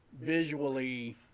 visually